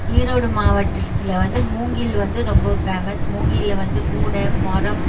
ஈரோடு மாவட்டத்தில் வந்து மூங்கில் வந்து ரொம்ப ஃபேமஸ் மூங்கில்ல வந்து கூட முறம்